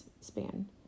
span